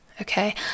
Okay